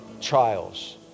trials